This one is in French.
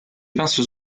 pinces